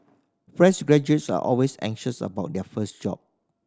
fresh graduates are always anxious about their first job